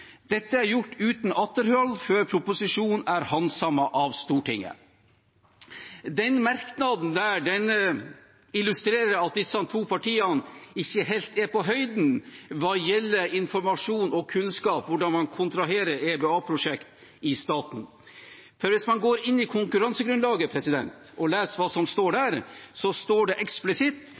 Dette er gjort utan atterhald og før Proposisjon 60 S er handsama i Stortinget.» Den merknaden illustrerer at disse to partiene ikke er helt på høyden hva gjelder informasjon og kunnskap om hvordan man kontraherer EBA-prosjekter i staten. Hvis man går inn i konkurransegrunnlaget og leser, står det eksplisitt